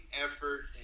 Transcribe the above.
effort